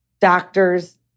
doctors